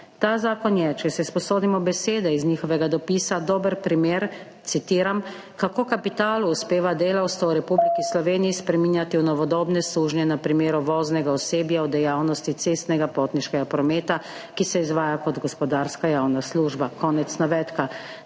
Ta zakon je, če si sposodimo besede iz njihovega dopisa, dober primer, citiram, »kako kapitalu uspeva delavstvo v Republiki Sloveniji spreminjati v novodobne sužnje na primeru voznega osebja v dejavnosti cestnega potniškega prometa, ki se izvaja kot gospodarska javna služba«. Naj